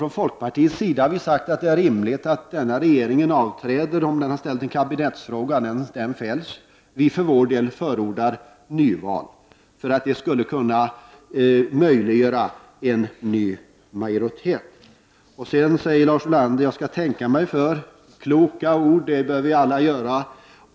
Från folkpartiets sida har vi sagt att det är rimligt att den nuvarande regeringen avträder om den har ställt en kabinettsfråga och fälls. Vi för vår del förordar sedan nyval för att möjliggöra en ny majoritet. Lars Ulander ber mig tänka mig för. Det är kloka ord, och det bör vi alla göra.